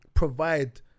Provide